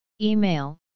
Email